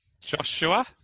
Joshua